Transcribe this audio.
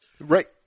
Right